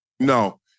No